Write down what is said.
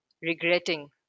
regretting